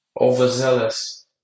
Overzealous